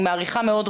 אני מעריכה מאוד,